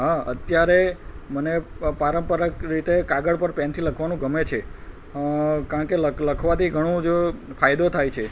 હા અત્યારે મને પારંપરાક રીતે કાગળ પર પેનથી લખવાનું ગમે છે કારણ કે લખ લખવાથી ઘણું જ ફાયદો થાય છે